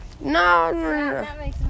No